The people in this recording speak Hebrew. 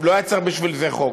ולא היה צריך בשביל זה חוק.